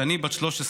שני בת ה-13,